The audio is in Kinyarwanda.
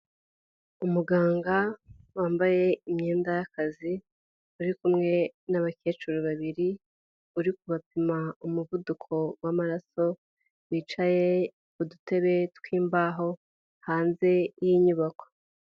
Umuganga wambaye imyenda y'akazi, uri kumwe n'abakecuru babiri, uri kubapima umuvuduko w'amaraso, bicaye ku dutebe tw'imbaho hanze y'inyubako.